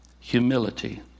Humility